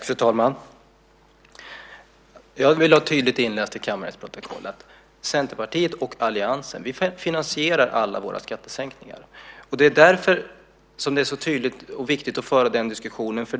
Fru talman! Jag vill ha tydligt fört till riksdagens protokoll att Centerpartiet och alliansen finansierar alla sina skattesänkningar. Det är därför som det är så viktigt att föra den diskussionen.